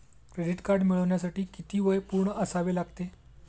Credit card मिळवण्यासाठी किती वय पूर्ण असावे लागते?